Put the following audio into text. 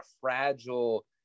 fragile